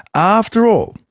after all,